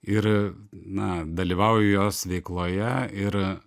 ir na dalyvauju jos veikloje ir